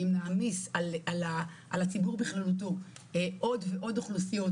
אם נעמיס על הציבור בכללותו עוד ועוד אוכלוסיות,